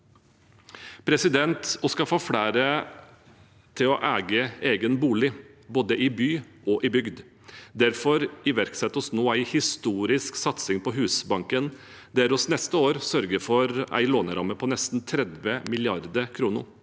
framtida 2023 Vi skal få flere til å eie egen bolig i både by og bygd. Derfor iverksetter vi nå en historisk satsing på Husbanken der vi neste år sørger for en låneramme på nesten 30 mrd. kr.